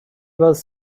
was